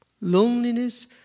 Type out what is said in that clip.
loneliness